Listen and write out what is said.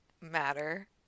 matter